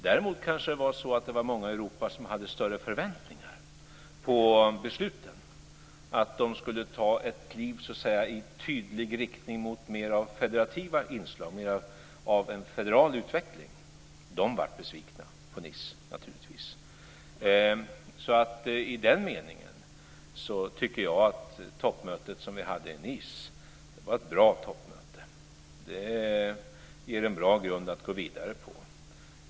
Däremot kanske många i Europa hade större förväntningar på att besluten skulle ta ett kliv i tydlig riktning mot federativa inslag, och mer av federal utveckling. De blev naturligtvis besvikna på Nice. I den meningen tycker jag att toppmötet i Nice var ett bra toppmöte. Det ger en bra grund att gå vidare på.